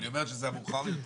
היא אומרת שזה המאוחר יותר.